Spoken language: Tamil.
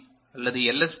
B 1 by 2 power n